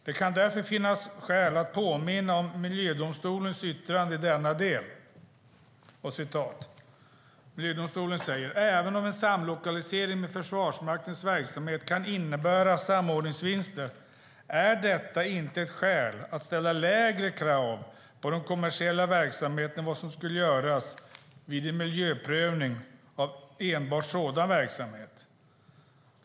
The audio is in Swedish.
Det kan därför finnas skäl att påminna om miljödomstolens yttrande i denna del: "Även om en samlokalisering med Försvarsmaktens verksamhet kan innebära samordningsvinster är detta inte ett skäl att ställa lägre krav på den kommersiella verksamheten än vad som skulle göras vid en miljöprövning av enbart sådan verksamhet.